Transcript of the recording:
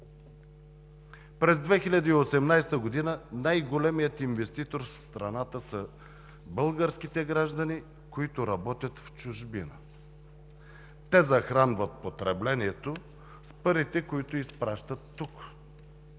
През 2018 г. най-големият инвеститор в страната са българските граждани, които работят в чужбина. Те захранват потреблението с парите, които изпращат тук.